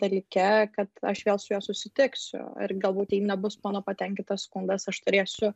dalyke kad aš vėl su juo susitiksiu ir galbūt jeigu nebus mano patenkintas skundas aš turėsiu